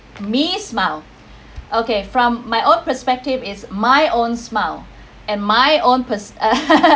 me smile okay from my own perspective is my own smile and my own per~